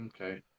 Okay